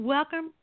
Welcome